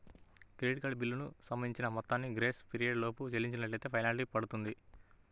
credit card బిల్లులకు సంబంధించిన మొత్తాలను గ్రేస్ పీరియడ్ లోపు చెల్లించనట్లైతే ఫెనాల్టీ పడుతుంది